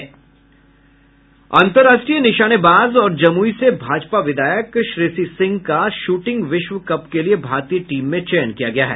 अन्तर्राष्ट्रीय निशानेबाज और जमुई से भाजपा विधायक श्रेयसी सिंह का श्र्टिंग विश्व कप के लिए भारतीय टीम में चयन किया गया है